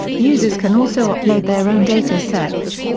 users can also upload their own datasets.